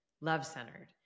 love-centered